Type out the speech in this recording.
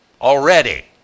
Already